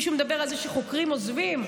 מישהו מדבר על זה שחוקרים עוזבים?